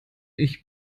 ich